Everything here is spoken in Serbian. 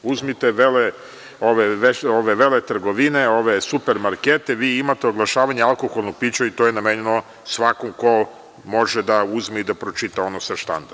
Uzmite veletrgovine, ove super markete, vi imate oglašavanje alkoholnog pića i to je namenjeno svakom ko može da uzme i da pročita ono sa štanda.